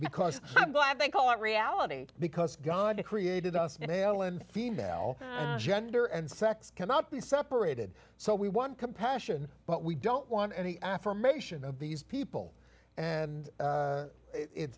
because i'm glad they call it reality because god created us male and female now gender and sex cannot be separated so we won compassion but we don't want any affirmation of these people and it's